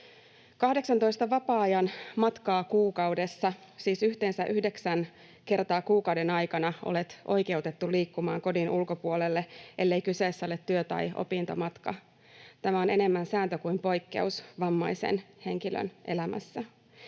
18 vapaa-ajan matkaa kuukaudessa, siis yhteensä yhdeksän kertaa kuukauden aikana, olet oikeutettu liikkumaan kodin ulkopuolelle, ellei kyseessä ole työ- tai opintomatka. Tämä on enemmän sääntö kuin poikkeus vammaisen henkilön elämässä.